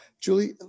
Julie